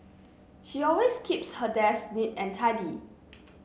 she always keeps her desk neat and tidy